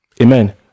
Amen